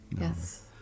yes